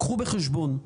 קחו בחשבון.